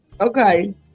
Okay